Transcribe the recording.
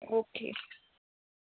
okay